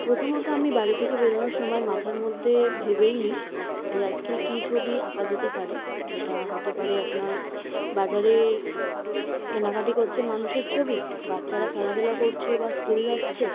প্রথমত আমি বাড়ি থেকে বেরনোর সময় মাথার মধ্যে ভেবেই নিই যে আজকে কী ছবি আঁকা যেতে পারে যেটা হতে পারে আপনার বাজারে কেনাকাটা করছে মানুষের ছবি বাচ্চারা খেলাধূলা করছে বা স্কুল যাচ্ছে